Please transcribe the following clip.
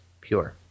pure